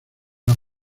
las